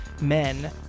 men